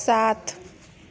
सात